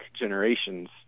generations